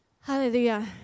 Hallelujah